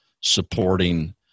supporting